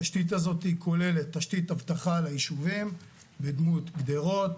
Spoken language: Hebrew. תשתית הזאת כוללת תשתית אבטחה ליישובים בדמות גדרות,